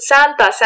Santa